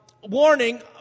warning